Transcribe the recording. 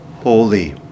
holy